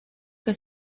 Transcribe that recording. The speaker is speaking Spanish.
que